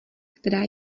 která